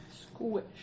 Squish